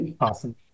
Awesome